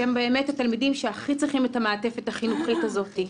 שהם התלמידים שהכי צריכים את המעטפת החינוכית הזאת.